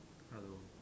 hello